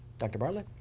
dr. barlett?